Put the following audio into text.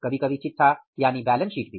कभी कभी चिट्ठा यानी बैलेंस शीट भी